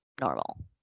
normal